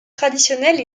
traditionnelle